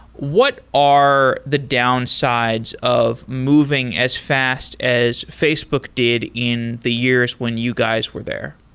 what are the downsides of moving as fast as facebook did in the years when you guys were there?